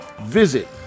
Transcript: Visit